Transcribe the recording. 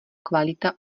kvalita